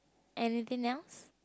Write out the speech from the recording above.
anything else